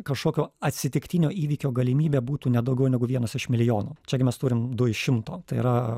kažkokio atsitiktinio įvykio galimybė būtų ne daugiau negu vienas iš milijono čiagi mes turim du iš šimto tai yra